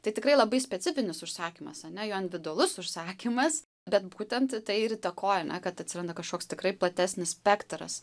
tai tikrai labai specifinis užsakymas ane jo individualus užsakymas bet būtent tai ir įtakojo ane kad atsiranda kažkoks tikrai platesnis spektras